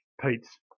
Pete's